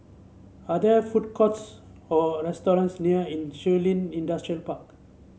are there food courts or restaurants near Yin Shun Li Industrial Park